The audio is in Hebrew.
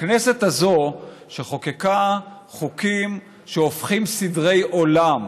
הכנסת הזאת חוקקה חוקים שהופכים סדרי עולם,